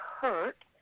hurt